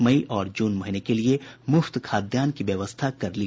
मई और जून महीने के लिए मुफ्त खाद्यान्न की व्यवस्था कर ली गई है